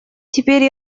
теперь